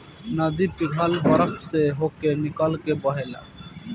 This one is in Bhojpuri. नदी पिघल बरफ से होके निकल के बहेला